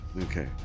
Okay